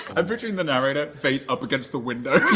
i picture and the narrator face up against the window